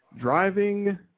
driving